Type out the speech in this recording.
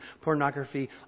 pornography